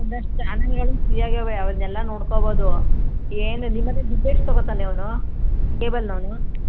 ಒಂದಷ್ಟು ಚಾನಲ್ಗಳು ಫ್ರೀಯಾಗಿವೆ ಅವನ್ನೆಲ್ಲ ನೋಡ್ಕೋಬೌದು ಏನು ನಿಮ್ಮ ಮನೆಲಿ ದುಡ್ಡು ಎಷ್ಟು ತಗೋತಾನೆ ಅವನು ಕೇಬಲ್ನವನು